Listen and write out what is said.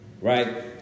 right